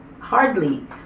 Hardly